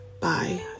bye